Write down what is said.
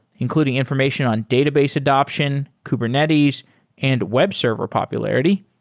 including information on database adaption, kubernetes and web server popularity.